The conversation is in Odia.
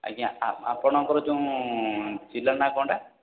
ଆଜ୍ଞା ଆପଣଙ୍କର ଯେଉଁ ଜିଲ୍ଲା ନାଁ କ'ଣଟା